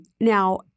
Now